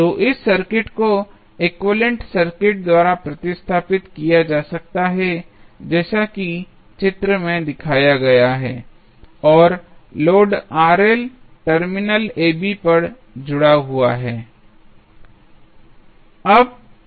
तो इस सर्किट को एक्विवैलेन्ट सर्किट द्वारा प्रतिस्थापित किया जा सकता है जैसा कि चित्र में दिखाया गया है और लोड टर्मिनल ab पर जुड़ा हुआ है